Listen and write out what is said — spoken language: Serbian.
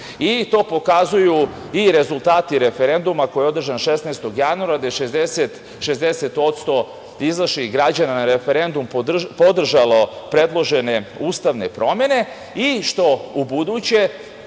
pokazuju i rezultati referenduma koji je održan 16. januara, gde je 60% izašlih građana na referendum podržalo predložene ustavne promene i što ubuduće,